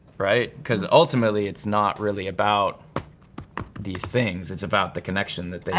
right? cause ultimately it's not really about these things, it's about the connection that they